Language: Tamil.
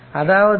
அதாவது i c dvdt